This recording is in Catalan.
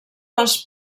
les